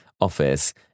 office